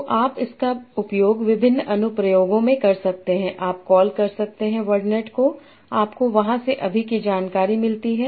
तो आप इसका उपयोग विभिन्न अनु प्रयोगों में कर सकते हैंआप कॉल कर सकते हैं वर्डनेट को आपको वहां से अभी की जानकारी मिलती है